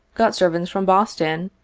got servants from boston,